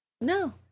No